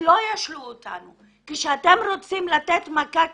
שלא ישלו אותנו, כשאתם רוצים לתת מכה קשה,